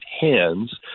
hands